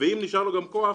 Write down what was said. ואם נשאר לו כוח,